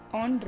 on